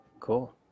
cool